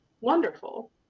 wonderful